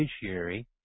judiciary